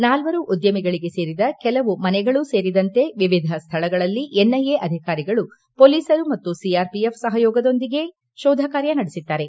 ನಾಲ್ವರು ಉದ್ಯಮಿಗಳಿಗೆ ಸೇರಿದ ಕೆಲವು ಮನೆಗಳು ಸೇರಿದಂತೆ ವಿವಿಧ ಸ್ವಳಗಳಲ್ಲಿ ಎನ್ಐಎ ಅಧಿಕಾರಿಗಳು ಪೊಲೀಸರು ಮತ್ತು ಸಿಆರ್ಪಿಎಫ್ ಸಹಯೋಗದೊಂದಿಗೆ ಶೋಧಕಾರ್ಯ ನಡೆಸಿದ್ದಾರೆ